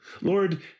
Lord